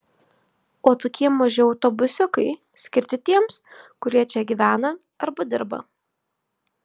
o tokie maži autobusiukai skirti tiems kurie čia gyvena arba dirba